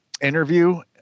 interview